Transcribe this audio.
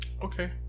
Okay